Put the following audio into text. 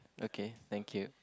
okay thank you